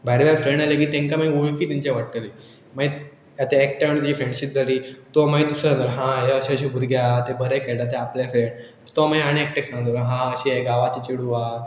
भायर भायर फ्रेंड जाले की तेंकां मागीर वळखी तेंचे वाडटली मागीर आतां एकत्या वांगडा जी फ्रेंडशीप जाली तो मागीर दुसरें सांगतलो हा हे अशें अशें भुरगे आहा तें बरे खेळा ते आपले फ्रेंड तो मागीर आनीक एकटेक सांगलों हां अशें हे गांवाचें चेडू आहा